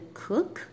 cook